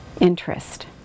interest